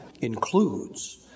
includes